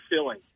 filling